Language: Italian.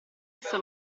esso